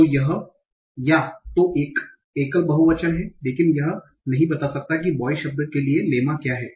तो यह या तो एकल बहुवचन है लेकिन यह नहीं बता सकता है कि बोयस शब्द के लिए लेम्मा क्या है